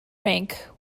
rank